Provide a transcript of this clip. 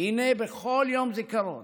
והינה, בכל יום זיכרון